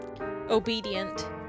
Obedient